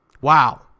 wow